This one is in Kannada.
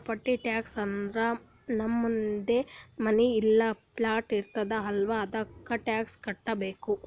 ಪ್ರಾಪರ್ಟಿ ಟ್ಯಾಕ್ಸ್ ಅಂದುರ್ ನಮ್ದು ಮನಿ ಇಲ್ಲಾ ಪ್ಲಾಟ್ ಇರ್ತುದ್ ಅಲ್ಲಾ ಅದ್ದುಕ ಟ್ಯಾಕ್ಸ್ ಕಟ್ಟಬೇಕ್